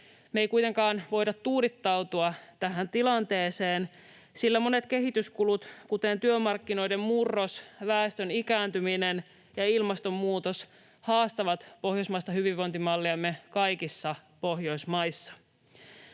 Me ei kuitenkaan voida tuudittautua tähän tilanteeseen, sillä monet kehityskulut, kuten työmarkkinoiden murros, väestön ikääntyminen ja ilmastonmuutos, haastavat pohjoismaista hyvinvointimalliamme kaikissa Pohjoismaissa.